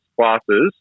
classes